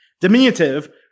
diminutive